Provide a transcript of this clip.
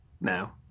now